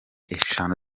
eshanu